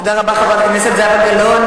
תודה רבה, חברת הכנסת זהבה גלאון.